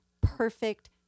perfect